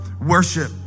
worship